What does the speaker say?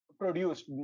Produced